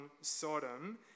Sodom